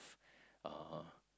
uh